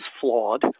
flawed